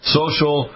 social